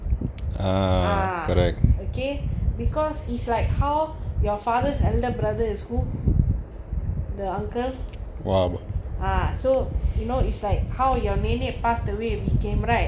ah okay because is like how your father's elder brother is who the uncle ah so you know it's like how your nenek passed away we came right